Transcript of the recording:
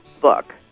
book